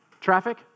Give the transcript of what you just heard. Traffic